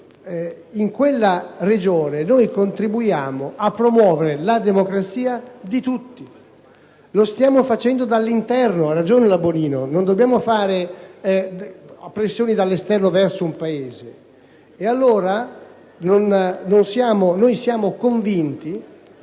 in quella regione contribuiamo a promuovere la democrazia di tutti. Lo stiamo facendo dall'interno: ha ragione la presidente Bonino, non dobbiamo fare pressioni dall'esterno verso un Paese. Siamo convinti